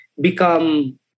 become